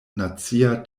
nacia